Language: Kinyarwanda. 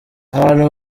abantu